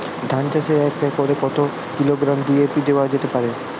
ধান চাষে এক একরে কত কিলোগ্রাম ডি.এ.পি দেওয়া যেতে পারে?